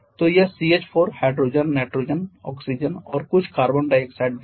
तो यह CH4 hydrogen nitrogen oxygen और कुछ कार्बन डाइऑक्साइड भी है